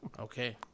Okay